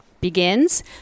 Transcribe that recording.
begins